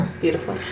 Beautiful